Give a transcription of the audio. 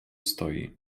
stoi